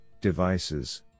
devices